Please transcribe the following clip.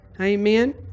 Amen